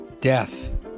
death